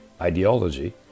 ideology